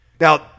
Now